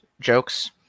jokes